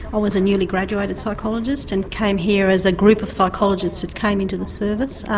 i was a newly graduated psychologist and came here as a group of psychologists that came into the service.